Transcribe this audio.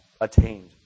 attained